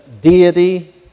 deity